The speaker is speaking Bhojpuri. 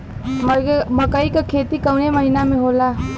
मकई क खेती कवने महीना में होला?